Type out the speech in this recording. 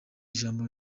ijambo